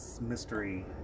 mystery